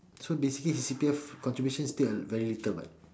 so basically his C_P_F contribution is still at very little [what]